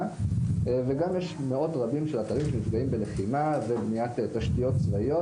וגם יש מאות רבים של אתרים שנפגעים בלחימה ובניית תשתיות צבאיות.